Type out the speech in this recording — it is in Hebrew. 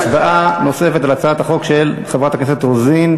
הצבעה נוספת על הצעת החוק של חברת הכנסת רוזין.